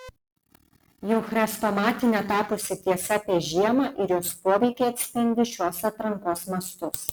jau chrestomatine tapusi tiesa apie žiemą ir jos poveikį atspindi šios atrankos mastus